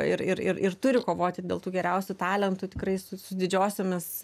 ir ir ir turi kovoti dėl tų geriausių talentų tikrai su su didžiosiomis